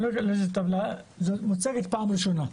היא מוצגת פעם ראשונה.